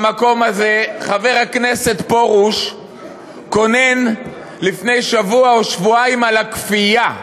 במקום הזה חבר הכנסת פרוש קונן לפני שבוע או שבועיים על הכפייה,